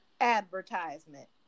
advertisement